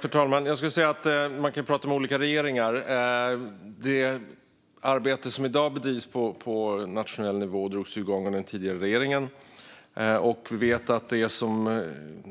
Fru talman! Man kan prata om olika regeringar. Det arbete som i dag bedrivs på nationell nivå drogs igång under den tidigare regeringen.